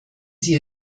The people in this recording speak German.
sie